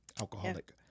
alcoholic